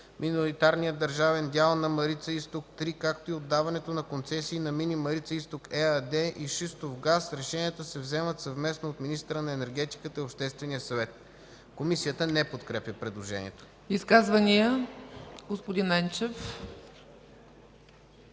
миноритарния държавен дял на Марица изток 3, както и отдаването на концесии на „Мини Марица изток” ЕАД и шистов газ, решенията се вземат съвместно от министъра на енергетиката и Обществения съвет.” Комисията не подкрепя предложението. ПРЕДСЕДАТЕЛ ЦЕЦКА ЦАЧЕВА: